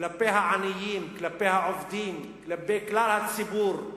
כלפי העניים, כלפי העובדים, כלפי כלל הציבור.